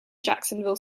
jacksonville